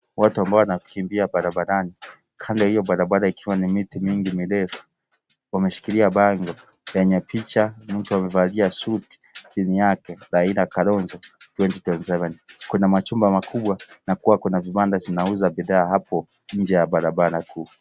Watu ambao wanakimbia barabarani. Kando ya hiyo barabara ikiwa miti mingi mirefu wameshikilia cs(bangle).Penye picha ni mtu amevalia suti. Chini yake Raila Kalonzo cs(twenty, twenty -seven).Kuna machumba makubwa na kuwa nkuna vibanda vinauza bidhaa hapo njee ya barabara kuu.